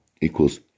equals